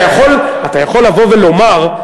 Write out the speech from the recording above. אתה יכול לבוא ולומר,